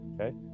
okay